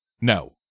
No